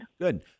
Good